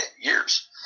years